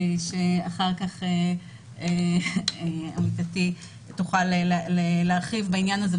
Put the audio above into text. שאחר כך עמיתתי תוכל להרחיב בעניין הזה,